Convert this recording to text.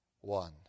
one